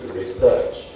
research